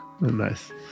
Nice